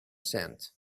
sent